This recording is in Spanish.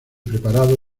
preparado